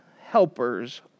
helpers